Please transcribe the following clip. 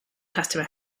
customer